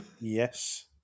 Yes